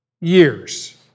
years